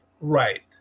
right